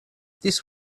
this